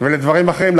ולדברים אחרים,